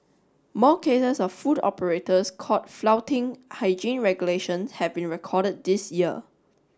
more cases of food operators caught flouting hygiene regulations have been recorded this year